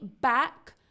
back